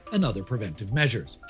and other preventive measures.